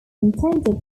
intended